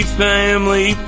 family